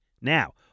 now